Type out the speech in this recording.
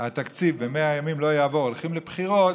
התקציב ב-100 ימים לא יעבור אז הולכים לבחירות,